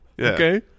Okay